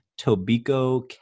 tobiko